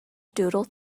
doodle